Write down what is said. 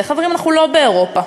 חברים, אנחנו לא באירופה.